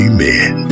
Amen